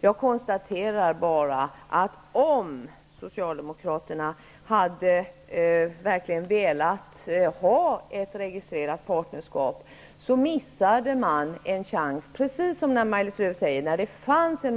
Jag konstaterar bara att om Socialdemokraterna verkligen hade velat ha ett registrerat partnerskap så missade man den chansen förra året när det, percis som Maj-Lis Lööw sade, fanns en